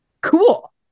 Cool